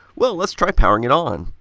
well, let's try powering it on.